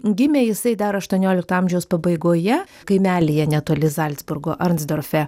gimė jisai dar aštuoniolikto amžiaus pabaigoje kaimelyje netoli zalcburgo arnsdorfe